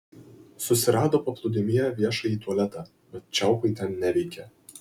susirado paplūdimyje viešąjį tualetą bet čiaupai ten neveikė